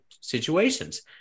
situations